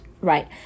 right